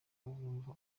wumva